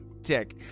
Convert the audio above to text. dick